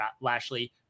Lashley